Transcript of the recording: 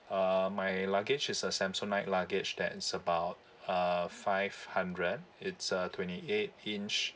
um my luggage is a samsonite luggage that it's about uh five hundred it's a twenty eight inch